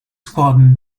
squadron